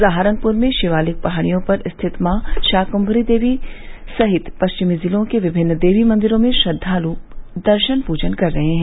सहारनपुर में शिवालिक पहाड़ियों पर स्थित मॉ शाक्म्भरी देवी सहित परिचमी जिलों के विभिन्न देवी मंदिरो में श्रद्वाल दर्शन पूजन कर रहे हैं